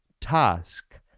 task